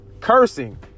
cursing